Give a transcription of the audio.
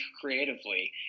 creatively